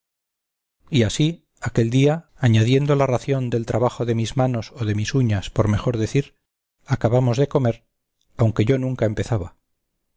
y así aquel día añadiendo la ración del trabajo de mis manos o de mis uñas por mejor decir acabamos de comer aunque yo nunca empezaba